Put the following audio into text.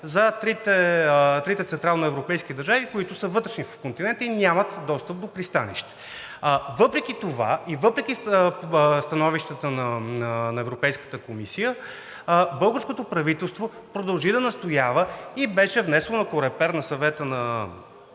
за трите централноевропейски държави, които са вътрешни в континента и нямат достъп до пристанище. Въпреки това и въпреки становищата на Европейската комисия българското правителство продължи да настоява и беше внесено на КОРЕПЕР – Съвета на